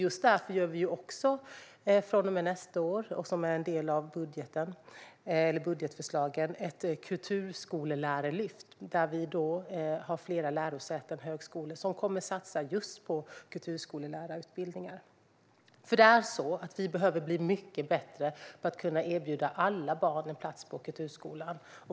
Just därför gör vi från och med nästa år - också som en del av budgetförslaget - ett kulturskollärarlyft, där flera lärosäten och högskolor kommer att satsa på just kulturskollärarutbildningar. Vi behöver bli mycket bättre på att kunna erbjuda alla barn en plats i kulturskolan.